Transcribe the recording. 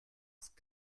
ist